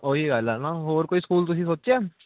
ਉਹ ਹੀ ਗੱਲ ਹੈ ਨਾ ਹੋਰ ਕੋਈ ਸਕੂਲ ਤੁਸੀਂ ਸੋਚਿਆ